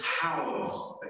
towers